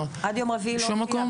עד יום רביעי היא לא הופיעה בשום מקום.